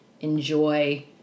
enjoy